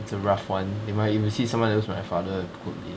it's a rough one if ah you see someone who's like my father could be